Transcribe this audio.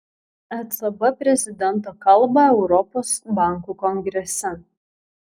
ecb prezidento kalbą europos bankų kongrese